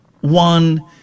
one